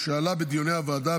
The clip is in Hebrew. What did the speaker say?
שעלה בדיוני הוועדה,